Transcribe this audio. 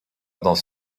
dans